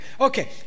Okay